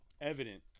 evident